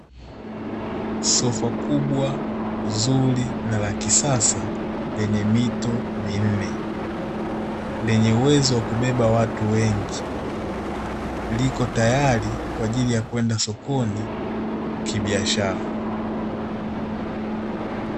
Sofa kubwa, zuri na la kisasa lenye mito minne, lenye uwezo wa kubeba watu wengi, liko tayari kwa ajili ya kwenda sokoni kibiashara.